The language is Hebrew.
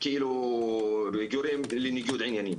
כאילו גורם לניגוד עניינים.